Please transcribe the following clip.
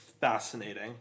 Fascinating